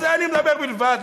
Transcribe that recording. על זה אני מדבר בלבד.